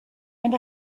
and